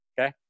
okay